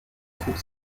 krug